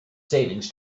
savings